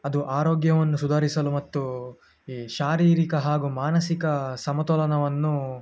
ಅದು ಆರೋಗ್ಯವನ್ನು ಸುಧಾರಿಸಲು ಮತ್ತು ಈ ಶಾರೀರಿಕ ಹಾಗೂ ಮಾನಸಿಕ ಸಮತೋಲನವನ್ನು